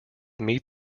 meet